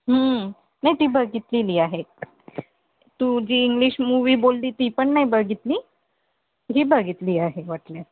नाही ती बघितलेली आहे तू जी इंग्लिश मूवी बोलली ती पण नाही बघितली ही बघितली आहे वाटलं